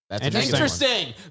Interesting